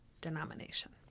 denomination